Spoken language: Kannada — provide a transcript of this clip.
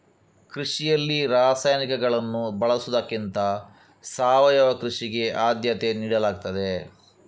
ಕೃಷಿಯಲ್ಲಿ ರಾಸಾಯನಿಕಗಳನ್ನು ಬಳಸುವುದಕ್ಕಿಂತ ಸಾವಯವ ಕೃಷಿಗೆ ಆದ್ಯತೆ ನೀಡಲಾಗ್ತದೆ